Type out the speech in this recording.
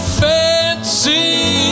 fancy